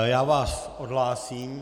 Já vás odhlásím.